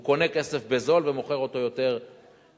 הוא קונה כסף בזול ומוכר יותר יקר.